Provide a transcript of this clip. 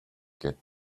get